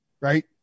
right